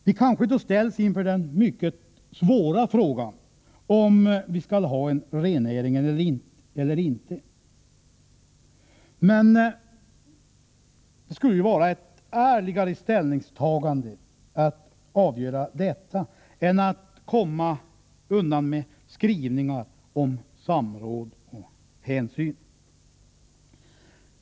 Vi kanske då ställs inför den mycket svåra frågan om vi skall ha en rennäring eller inte, men det skulle vara ett ärligare ställningstagande att göra detta än att försöka komma undan med skrivningar om samråd och hänsyn.